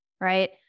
right